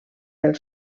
del